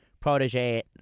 Protege